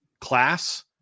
class